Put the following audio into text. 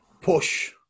push